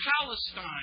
Palestine